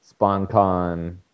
SpawnCon